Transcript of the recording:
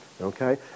okay